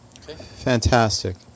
Fantastic